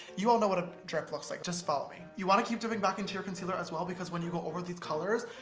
you all know what a drip looks like, just follow me. you want to keep dipping back into your concealer as well because when you go over these colors,